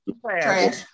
Trash